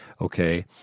Okay